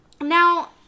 now